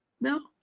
no